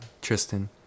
Tristan